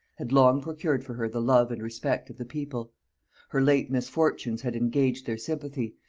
had long procured for her the love and respect of the people her late misfortunes had engaged their sympathy,